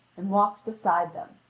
and walked beside them,